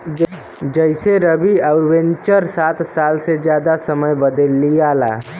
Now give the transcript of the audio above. जइसेरवि अउर वेन्चर सात साल से जादा समय बदे लिआला